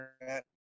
internet